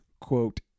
quote